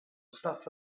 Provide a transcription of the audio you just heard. staff